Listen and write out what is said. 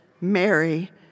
Mary